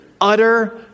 utter